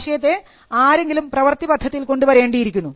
ആശയത്തെ ആരെങ്കിലും പ്രവൃത്തിപഥത്തിൽ കൊണ്ടുവരേണ്ടിയിരിക്കുന്നു